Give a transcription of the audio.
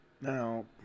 Now